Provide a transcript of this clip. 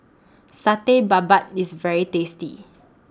Satay Babat IS very tasty